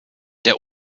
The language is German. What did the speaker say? der